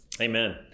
Amen